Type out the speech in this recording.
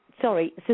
Sorry